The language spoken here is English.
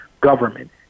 government